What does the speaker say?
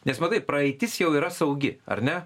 nes matai praeitis jau yra saugi ar ne